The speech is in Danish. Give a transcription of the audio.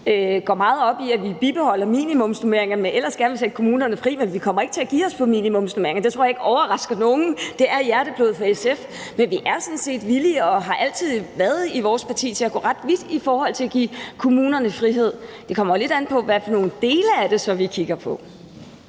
går meget op i, at vi bibeholder minimumsnormeringerne, men ellers gerne vil sætte kommunerne fri. Men vi kommer ikke til at give os på minimumsnormeringerne. Det tror jeg ikke overrasker nogen. Det er hjerteblod for SF. Men vi er sådan set villige og har altid været det i vores parti til at gå ret vidt i forhold til at give kommunerne frihed. Det kommer jo lidt an på, hvilke dele af det vi så kigger på.